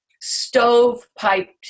stove-piped